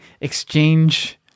exchange